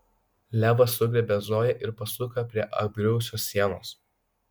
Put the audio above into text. levas sugriebė zoją ir pasuko prie apgriuvusios sienos